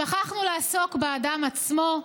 שכחנו לעסוק באדם עצמו,